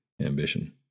ambition